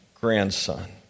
grandson